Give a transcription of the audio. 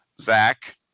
Zach